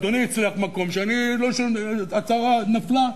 אדוני הצליח במקום שאני, שההצעה נפלה.